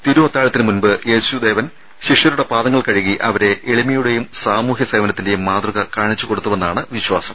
തിരുഅത്താഴത്തിനു മുമ്പ് യേശുദേവൻ ശിഷ്യരുടെ പാദങ്ങൾ കഴുകി അവരെ എളിമയുടെയും സാമൂഹ്യ സേവനത്തിന്റെയും മാതൃക കാണിച്ചുകൊടുത്തുവെന്നാണ് വിശ്വാസം